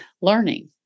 learning